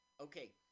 Okay